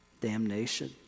damnation